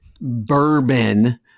bourbon